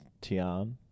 Tian